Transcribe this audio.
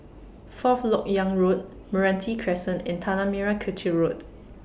Fourth Lok Yang Road Meranti Crescent and Tanah Merah Kechil Road